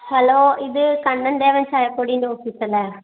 hello ഇത് കണ്ണൻ ദേവൻ ചായ പൊടീൻ്റെ ഓഫീസ് അല്ലെ